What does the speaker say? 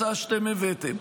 הצעה שאתם הבאתם.